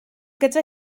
gyda